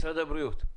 משרד הבריאות.